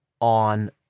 on